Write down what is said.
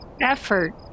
effort